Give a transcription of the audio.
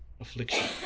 affliction